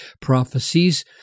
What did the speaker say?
prophecies